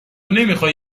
نمیخوای